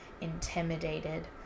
intimidated